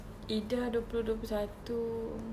ida dua puluh dua puluh satu